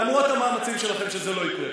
למרות המאמצים שלכם שזה לא יקרה.